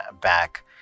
back